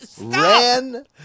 ran